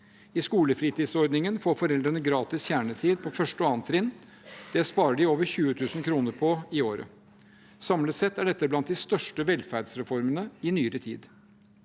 I skolefritidsordningen får foreldrene gratis kjernetid på første og annet trinn. Det sparer de over 20 000 kr på i året. Samlet sett er dette blant de største velferdsreformene i nyere tid.